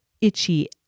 itchy